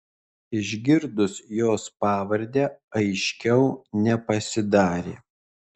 išgirdus jos pavardę aiškiau nepasidarė